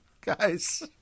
Guys